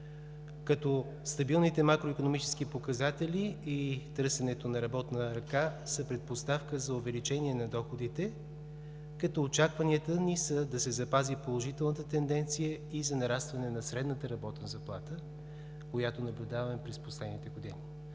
като стабилните макроикономически показатели и търсенето на работна ръка са предпоставка за увеличение на доходите. Очакванията ни са да се запази положителната тенденция за нарастване на средната работна заплата, която наблюдаваме през последните години.